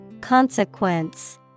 Consequence